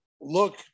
look